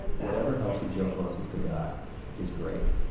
whatever helps you feel closest to god is great